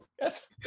Yes